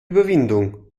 überwindung